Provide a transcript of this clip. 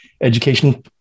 education